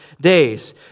days